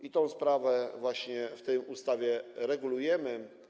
I tę sprawę właśnie w tej ustawie regulujemy.